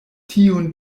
tiun